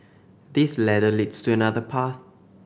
this ladder leads to another path